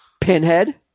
Pinhead